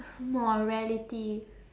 morality